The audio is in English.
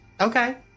Okay